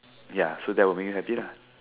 ya so that will make you happy lah